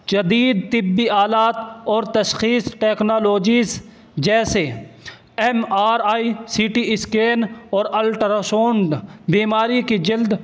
جدید طبی آلات اور تشخیص ٹیکنالوجیز جیسے M R I C T scan اور الٹراسونڈ بیماری کی جلد